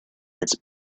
its